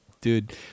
dude